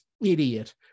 idiot